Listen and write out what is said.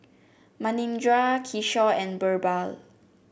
Manindra Kishore and BirbaL